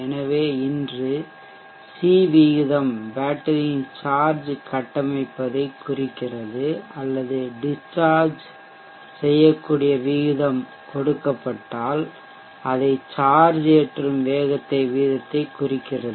எனவே இன்று சி வீதம் பேட்டரியின் சார்ஜ் கட்டமைப்பதைக் குறிக்கிறது அல்லது டிஷ்சார்ஜ்க்கூடிய வீதம் கொடுக்கப்பட்டால் அதை சார்ஜ் ஏற்றும் வேகத்தை வீதத்தைக் குறிக்கிறது